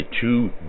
two